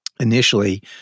Initially